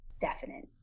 definite